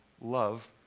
love